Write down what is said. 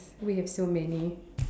we have so many